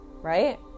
Right